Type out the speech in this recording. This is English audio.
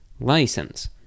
license